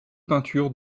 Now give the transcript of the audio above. peintures